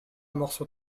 morceau